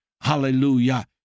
Hallelujah